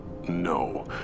No